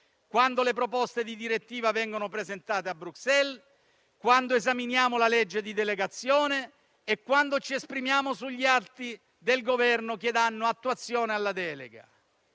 quando le proposte di direttiva vengono presentate a Bruxelles, quando esaminiamo il disegno di legge di delegazione europea e quando ci esprimiamo sugli atti del Governo che danno attuazione alla delega.